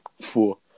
Four